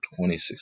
2016